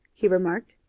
he remarked.